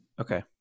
Okay